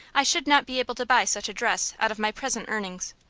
i should not be able to buy such a dress out of my present earnings.